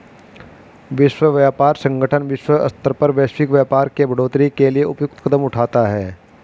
विश्व व्यापार संगठन विश्व स्तर पर वैश्विक व्यापार के बढ़ोतरी के लिए उपयुक्त कदम उठाता है